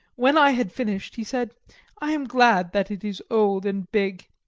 when i had finished, he said i am glad that it is old and big.